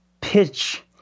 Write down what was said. pitch